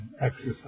exercise